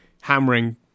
Hammering